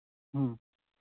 ꯎꯝ